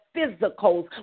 Physicals